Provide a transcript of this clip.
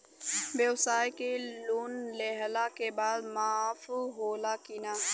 ब्यवसाय के लोन लेहला के बाद माफ़ होला की ना?